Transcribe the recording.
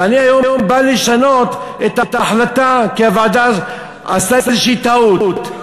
ואני היום בא לשנות את ההחלטה כי הוועדה עשתה איזושהי טעות.